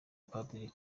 padiri